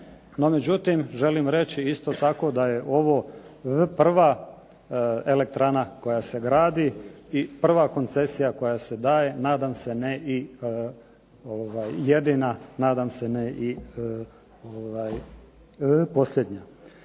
No, međutim želim reći isto tako da je ovo prva elektrana koja se gradi i prva koncesija koja se daje, nadam se ne i jedina, nadam se ne i posljednja.